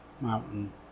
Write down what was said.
mountain